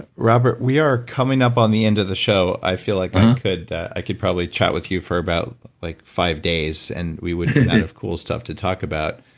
robert we are coming up on the end of the show. i feel like i could probably chat with you for about like five days and we would have cool stuff to talk about.